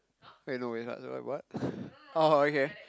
eh no wait like what oh okay